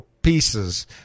pieces